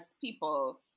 people